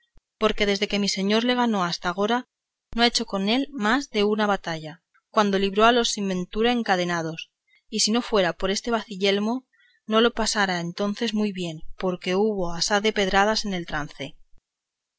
porque desde que mi señor le ganó hasta agora no ha hecho con él más de una batalla cuando libró a los sin ventura encadenados y si no fuera por este baciyelmo no lo pasara entonces muy bien porque hubo asaz de pedradas en aquel